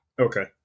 Okay